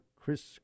Chris